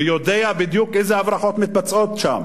ויודע בדיוק איזה הברחות מתבצעות שם.